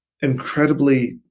incredibly